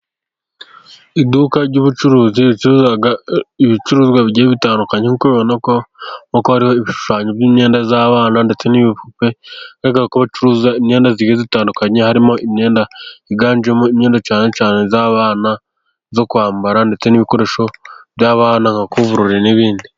Iduka ry'ubucuruzi ricuruza ibicuruzwa bigiye bitandukanye, hari ibishushanyo by'imyenda z'abana ndetse n'kweto, ricuruza imyenda itandukanye, harimo imyenda yiganjemo imyenda, cyane cyane iz'abana zo kwambara, ndetse n'ibikoresho by'abana, amakuvurori n'ibindi.